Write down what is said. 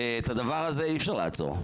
ואת הדבר הזה אי אפשר לעצור.